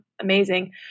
amazing